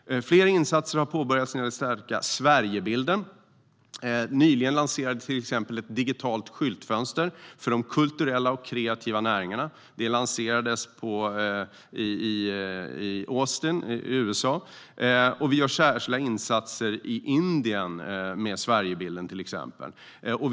Flera insatser har påbörjats när det gäller att stärka Sverigebilden. Nyligen lanserades till exempel ett digitalt skyltfönster för de kulturella och kreativa näringarna. Det lanserades i Austin i USA, och vi gör särskilda insatser med Sverigebilden i till exempel Indien.